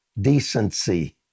decency